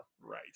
Right